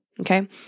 okay